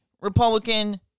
Republican